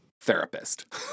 therapist